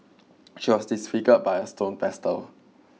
she was disfigured by a stone pestle